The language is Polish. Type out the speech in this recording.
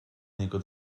niego